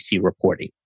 reporting